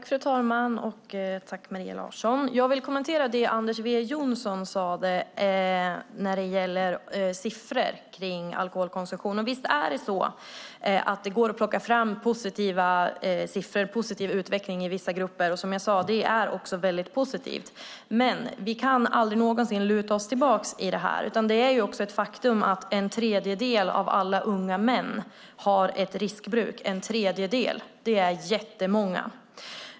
Fru talman! Jag vill kommentera det som Anders W Jonsson sade om siffror kring alkoholkonsumtion. Visst går det att plocka fram siffror som visar på en positiv utveckling i vissa grupper, och det är glädjande. Vi kan dock aldrig någonsin luta oss tillbaka när det gäller detta. Faktum är att en tredjedel av alla unga män har ett riskbruk. En tredjedel! Det är jättemånga.